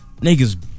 Niggas